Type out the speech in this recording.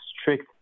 strict